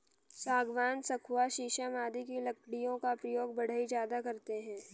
सागवान, सखुआ शीशम आदि की लकड़ियों का प्रयोग बढ़ई ज्यादा करते हैं